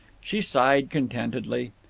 she sighed contentedly.